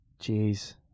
Jeez